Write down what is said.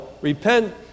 repent